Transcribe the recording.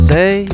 Say